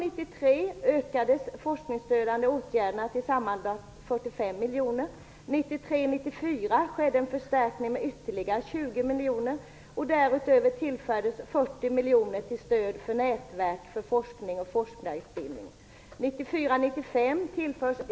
Budgetåret 1993/94 skedde en förstärkning med ytterligare 20 miljoner kronor. Därutöver tillfördes ytterligare 40 miljoner till stöd för nätverk för forskning och forskarutbildning.